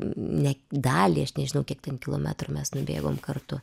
ne dalį aš nežinau kiek kilometrų mes nubėgom kartu